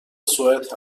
سوئد